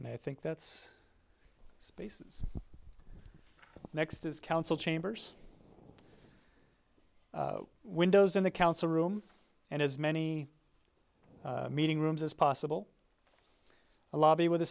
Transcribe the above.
and i think that's spaces next is council chambers windows in the council room and as many meeting rooms as possible a lobby with a